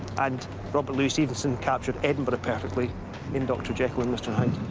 and robert louis stevenson captured edinburgh perfectly in dr. jekyll and mr. hyde.